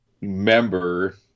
member